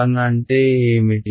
force response ఏమిటి